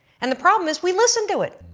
and the problem is we listen to it,